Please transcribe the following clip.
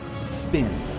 Spin